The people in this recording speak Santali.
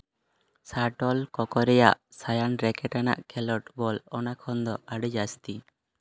ᱥᱟᱴᱚᱞ ᱠᱚᱠᱚ ᱨᱮᱭᱟᱜ ᱥᱟᱭᱟᱱ ᱨᱮᱠᱮᱴᱟᱱᱟᱜ ᱠᱷᱮᱞᱳᱰ ᱵᱚᱞ ᱚᱱᱟ ᱠᱷᱚᱱ ᱫᱚ ᱟᱹᱰᱤ ᱡᱟᱹᱥᱛᱤ